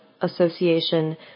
Association